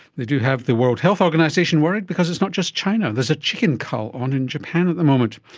they do have the world health organisation worried because it's not just china, there's a chicken cull on in japan at the moment.